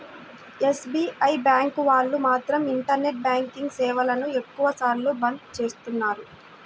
SBI bank వాళ్ళు మాత్రం internet banking సేవలను ఎక్కువ సార్లు బంద్ చేస్తున్నారు